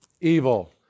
evil